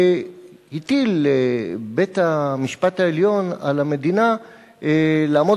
הטיל בית-המשפט העליון על המדינה לעמוד